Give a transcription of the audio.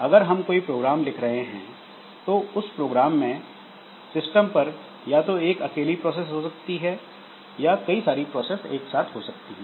अगर हम कोई प्रोग्राम लिख रहे हैं तो उस प्रोग्राम में सिस्टम पर या तो एक अकेली प्रोसेस हो सकती है या कई सारी प्रोसेस एक साथ हो सकती हैं